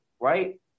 right